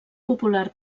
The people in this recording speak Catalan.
popular